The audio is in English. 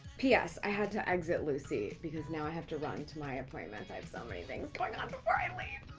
ps, i had to exit lucy because now i have to run to my appointments. i have so many things going on before i leave.